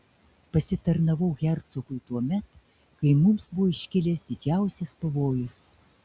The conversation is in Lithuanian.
pasitarnavau hercogui tuomet kai mums buvo iškilęs didžiausias pavojus